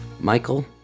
Michael